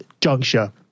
juncture